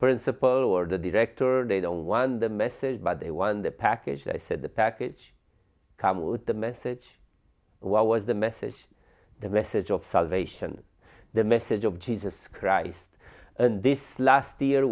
principal or the director they don't want the message by they won the package i said the package come with the message what was the message the message of salvation the message of jesus christ and this last year